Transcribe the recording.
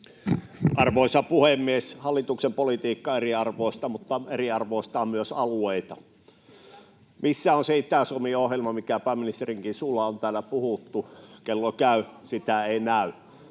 Arvoisa puhemies! Hallituksen politiikka eriarvoistaa, mutta eriarvoistaa myös alueita. Missä on se Itä-Suomi-ohjelma, mistä pääministerinkin suulla on täällä puhuttu? [Jenna Simula: Ja